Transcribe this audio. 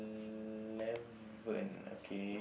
eleven okay